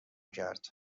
کرد